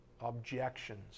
objections